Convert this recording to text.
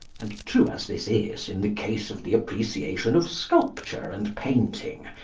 and true as this is in the case of the appreciation of sculpture and painting,